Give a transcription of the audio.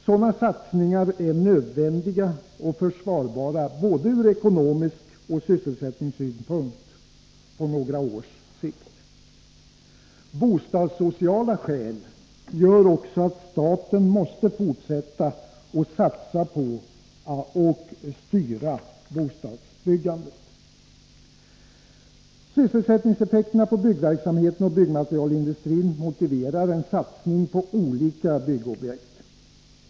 Sådana satsningar är nödvändiga och försvarbara ur både ekonomisk synpunkt och sysselsättningssynpunkt på några års sikt. Bostadssociala skäl gör också att staten måste fortsätta att satsa på och styra bostadsbyggandet. Sysselsättningseffekterna på byggverksamheten och byggmaterialsindustrin motiverar en satsning på olika byggobjekt.